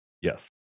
Yes